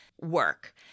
work